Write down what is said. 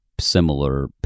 similar